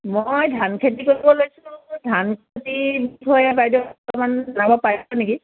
মই ধান খেতি কৰিবলৈ লৈছিলোঁ ধান খেতিৰ বিষয়ে বাইদেউ অকণমান জনাব পাৰিব নেকি